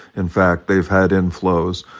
in fact, they've had inflows.